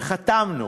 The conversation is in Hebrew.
וחתמנו,